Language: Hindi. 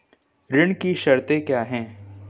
ऋण की शर्तें क्या हैं?